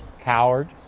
Coward